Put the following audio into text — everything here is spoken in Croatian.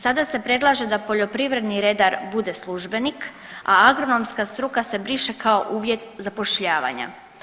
Sada se predlaže da poljoprivredni redar bude službenik, a agronomska struka se briše kao uvjet zapošljavanja.